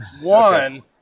One